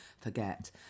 forget